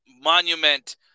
monument